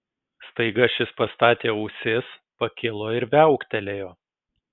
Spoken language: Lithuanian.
staiga šis pastatė ausis pakilo ir viauktelėjo